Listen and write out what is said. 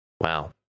Wow